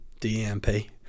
DMP